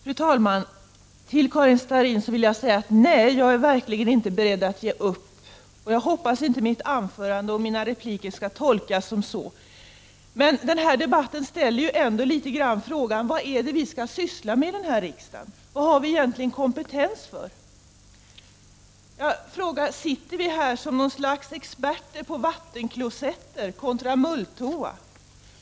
Fru talman! Jag vill till Karin Starrin säga följande: Nej, jag är verkligen inte beredd att ge upp. Jag hoppas inte att mitt anförande och mina repliker kan tolkas så. Men den här debatten får mig att ställa frågan: Vad är det vi skall syssla med i riksdagen? Vad har vi egentligen kompetens för? Sitter vi här som något slags experter på vattenklosetter kontra mulltoa?